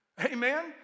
Amen